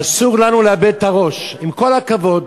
אסור לנו לאבד את הראש, עם כל הכבוד.